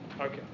Okay